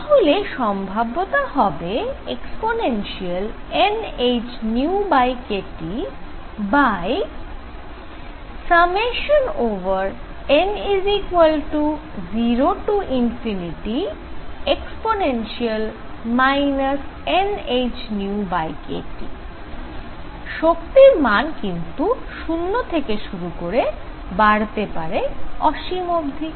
তাহলে সম্ভাব্যতা হবে e nhνkTn0e nhνkT শক্তির মান কিন্তু 0 থেকে শুরু করে বাড়তে পারে অসীম অবধি